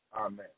Amen